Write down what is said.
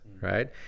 right